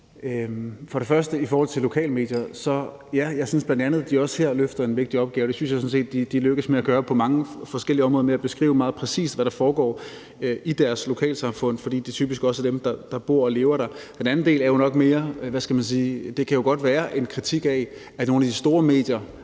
for spørgsmålet. Først vil jeg i forhold til lokalmedier sige, at ja, jeg synes bl.a., at de også her løfter en vigtig opgave. Det synes jeg sådan set de lykkes med at gøre på mange forskellige områder, nemlig med at beskrive meget præcist, hvad der foregår i deres lokalsamfund, fordi det typisk også er dem, der bor og lever der. En anden del er jo nok mere, at det godt kan være en kritik af, at nogle af de store medier